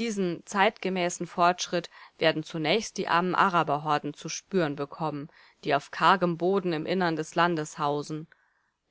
diesen zeitgemäßen fortschritt werden zunächst die armen araberhorden zu spüren bekommen die auf kargem boden im innern des landes hausen